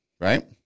Right